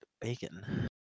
bacon